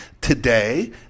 today